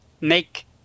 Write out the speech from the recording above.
make